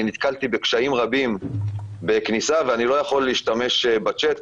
אני נתקלתי בקשיים רבים בכניסה ואני לא יכול להשתמש בצ'אט,